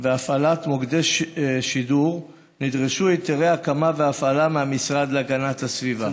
והפעלת מוקדי שידור נדרשו היתרי הקמה והפעלה מהמשרד להגנת הסביבה.